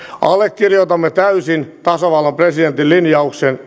allekirjoitamme täysin tasavallan presidentin linjauksen